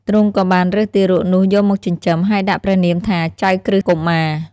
ទ្រង់ក៏បានរើសទារកនោះយកមកចិញ្ចឹម ហើយដាក់ព្រះនាមថា ចៅក្រឹស្នកុមារ។